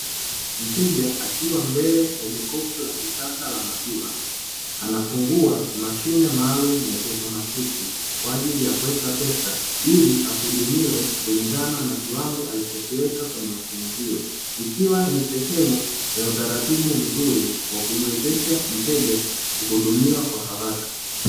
Mteja akiwa mbele ya jokofu la kisasa la maziwa anafungua mashine maalumu ya kiautomatiki kwa ajili ya kuweka pesa ili ahudumiwe kulingana na kiwango alichokiweka kwenye mashine hiyo. Ikiwa ni sehemu ya utaratibu mzuri wa kumwezesha mteja kuhudumiwa kwa haraka.